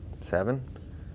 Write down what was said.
seven